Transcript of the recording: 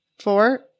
four